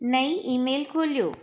नई ईमेल खोलियो